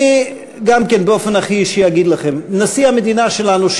אני באופן הכי אישי אגיד לכם: נשיא המדינה שלנו,